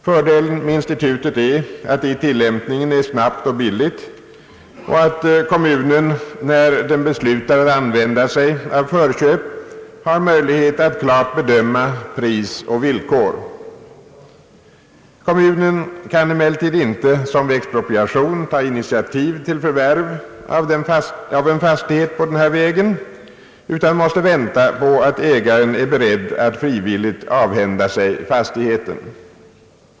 Fördelen med institutet är att det i tillämpningen är snabbt och billigt och att kommunen, när den beslutar att använda sig av förköp, har möjlighet att klart bedöma pris och villkor. Kommunen kan emellertid inte som vid expropriation ta initiativ till förvärv av en fastighet på denna väg utan måste vänta på att ägaren är beredd att frivilligt avhända sig fastigheten.